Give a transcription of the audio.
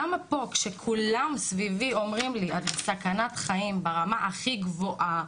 למה פה כשכולם סביבי אומרים לי 'את בסכנת חיים ברמה הכי גבוהה'